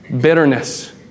bitterness